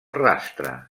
rastre